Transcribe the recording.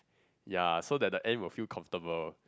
ya so that the ant will feel comfortable